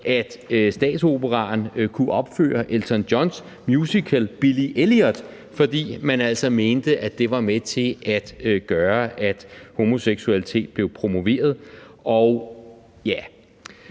at statsoperaen kunne opføre Elton Johns musical »Billy Elliot«, fordi man altså mente, at det var med til at gøre, at homoseksualitet blev promoveret. Der